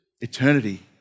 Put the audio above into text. eternity